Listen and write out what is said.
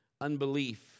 unbelief